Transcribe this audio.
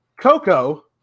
Coco